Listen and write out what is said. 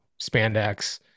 spandex